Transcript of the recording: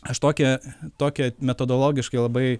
aš tokią tokią metodologiškai labai